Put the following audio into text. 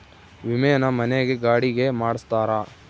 ವಿಮೆನ ಮನೆ ಗೆ ಗಾಡಿ ಗೆ ಮಾಡ್ಸ್ತಾರ